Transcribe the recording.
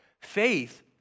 faith